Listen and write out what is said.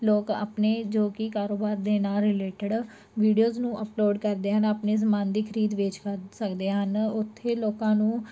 ਲੋਕ ਆਪਣੇ ਜੋ ਕੀ ਕਾਰੋਬਾਰ ਦੇ ਨਾਲ ਰਿਲੇਟਡ ਵੀਡੀਓਜ ਨੂੰ ਅਪਲੋਡ ਕਰਦੇ ਹਨ ਆਪਣੇ ਸਮਾਨ ਦੀ ਖਰੀਦ ਵੇਚ ਕਰ ਸਕਦੇ ਹਨ ਉਥੇ ਲੋਕਾਂ ਨੂੰ